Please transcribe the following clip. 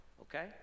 okay